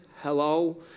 hello